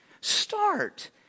Start